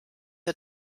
der